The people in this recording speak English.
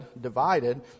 divided